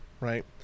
right